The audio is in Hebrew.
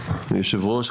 היושב-ראש,